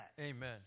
Amen